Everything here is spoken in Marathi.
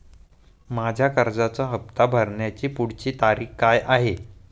माझ्या कर्जाचा हफ्ता भरण्याची पुढची तारीख काय आहे?